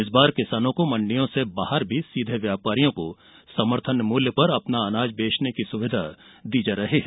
इस बार किसानों को मंडियों से बाहर भी सीधे व्यापारियों को समर्थन मूल्य पर अपना अनाज बेचने की सुविधा दी जा रही है